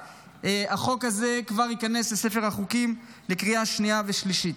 החוק הזה כבר ייכנס לספר החוקים לקריאה שנייה ושלישית.